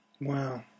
wow